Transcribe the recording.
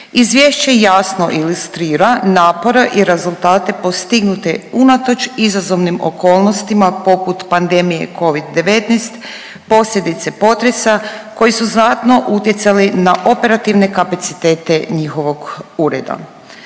Izvješće jasno ilustrira napore i rezultate postignute unatoč izazovnim okolnostima poput pandemije covid-19 i posljedice potresa koji su znatno utjecali na operativne kapacitete njihovog ureda.